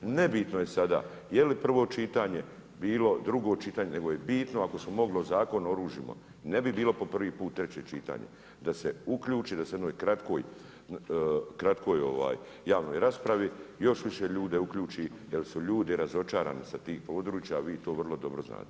Nebitno je sada je li prvo čitanje bilo, drugo čitanje, nego je bitno, ako smo mogli o Zakon o oružjima ne bi bilo po prvi put treće čitanje, da se uključi da se u jednoj kratkoj javnoj raspravi još više ljude uključi jer su ljudi razočarani sa tih područja, vi to vrlo dobro znate.